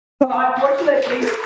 unfortunately